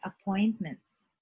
appointments